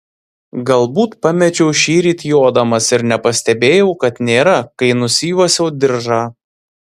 galbūt pamečiau šįryt jodamas ir nepastebėjau kad nėra kai nusijuosiau diržą